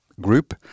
group